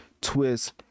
twist